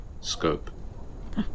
Scope